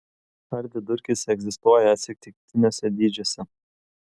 ar vidurkis egzistuoja atsitiktiniuose dydžiuose